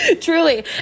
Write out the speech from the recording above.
truly